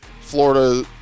Florida